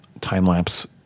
time-lapse